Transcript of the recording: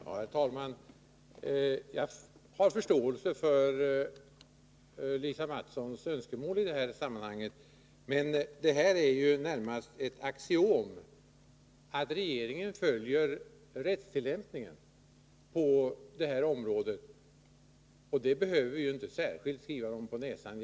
Herr talman! Jag har förståelse för Lisa Mattsons önskemål i detta sammanhang, men det är närmast ett axiom att regeringen följer rättstillämpningen på detta område. Det behöver vi inte särskilt skriva regeringen på näsan.